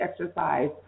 exercise